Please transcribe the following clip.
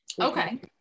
Okay